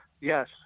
yes